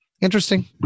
Interesting